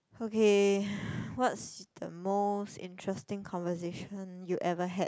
okay what's the most interesting conversation you ever had